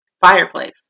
fireplace